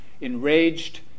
enraged